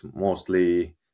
mostly